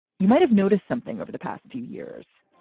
you might have noticed something over the past few years.